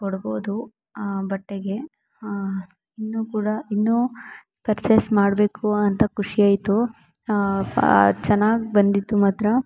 ಕೊಡ್ಬೌದು ಆ ಬಟ್ಟೆಗೆ ಇನ್ನು ಕೂಡ ಇನ್ನೂ ಪರ್ಚೇಸ್ ಮಾಡಬೇಕು ಅಂತ ಖುಷಿಯಾಯಿತು ಚೆನ್ನಾಗಿ ಬಂದಿತ್ತು ಮಾತ್ರ